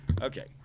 Okay